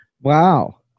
Wow